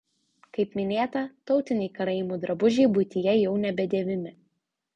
kaip minėta tautiniai karaimų drabužiai buityje jau nebedėvimi